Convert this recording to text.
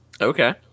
okay